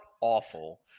awful